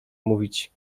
mówić